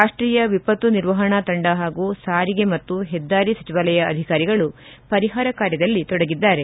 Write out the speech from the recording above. ರಾಷ್ಟೀಯ ವಿಪತ್ತು ನಿರ್ವಹಣಾ ತಂಡ ಹಾಗೂ ಸಾರಿಗೆ ಮತ್ತು ಹೆದ್ದಾರಿ ಸಚಿವಾಲಯ ಅಧಿಕಾರಿಗಳು ಪರಿಹಾರ ಕಾರ್ಯದಲ್ಲಿ ತೊಡಗಿದ್ದಾರೆ